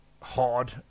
hard